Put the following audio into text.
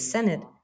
Senate